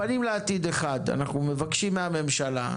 אנחנו מבקשים מהממשלה,